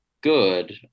good